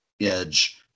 edge